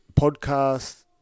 podcast